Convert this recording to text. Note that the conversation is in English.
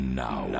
now